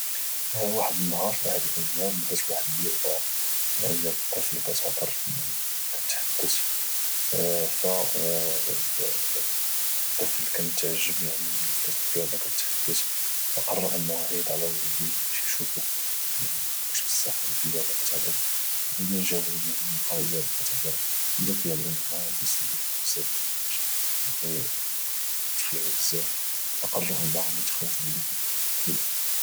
واحد النهار في احد الايام بدات واحد اللعبه ديال الطفل كاتهضر يعني كاتتحدث فالطفل تعجب ملي بدات ذيك اللعبه كاتحدث فقرر انه يعيط على والديه باش يشوف بصح هذيك اللعبه كاتهضر او ملي اللي جاو والديه لقاو بصح بان ذيك اللعبه كاتهضر كايسولوا على بزاف ديال الحوايج يعني تخلعوا بزاف فقرروا انهم يتخلصوا من ذيك اللعبه ويلوحها